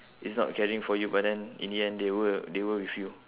is not caring for you but then in the end they were they were with you